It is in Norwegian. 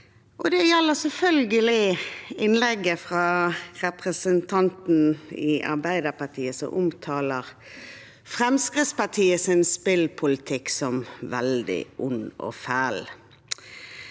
selvfølgelig innlegget fra representanten i Arbeiderpartiet, som omtaler Fremskrittspartiets spillpolitikk som veldig ond og fæl.